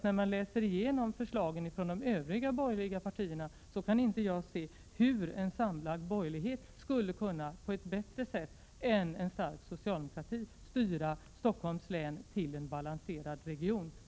När jag läser igenom förslagen från de övriga borgerliga partierna kan jag inte se hur en samlad borgerlighet på ett bättre sätt än en stark socialdemokrati kan styra Stockholms län till att bli en balanserad region.